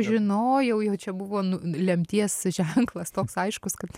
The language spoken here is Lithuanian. žinojau jau čia buvo lemties ženklas toks aiškus kad